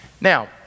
Now